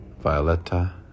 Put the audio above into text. Violetta